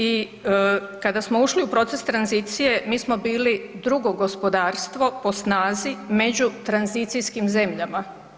I kada smo ušli u proces tranzicije, mi smo bili drugo gospodarstvo po snazi među tranzicijskim zemljama.